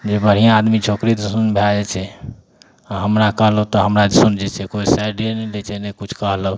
जे बढ़िआँ आदमी छै ओकरे दिसन भए जाइ छै आओर हमरा कहलहुँ तऽ हमरा दिसन जे छै कोइ साइडे नहि लै छै ने कोइ किछु कहलक